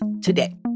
today